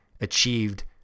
achieved